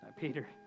Peter